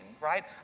right